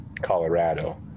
Colorado